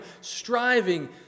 striving